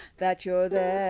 that you're there.